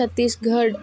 Chhattisgarh